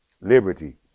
liberty